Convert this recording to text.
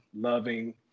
loving